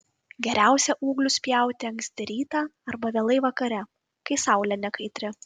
geriausia ūglius pjauti anksti rytą arba vėlai vakare kai saulė nekaitri